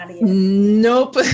Nope